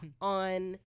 on